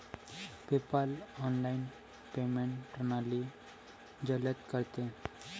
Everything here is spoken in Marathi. पेपाल ऑनलाइन पेमेंट प्रणाली जलद करते